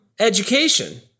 Education